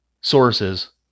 sources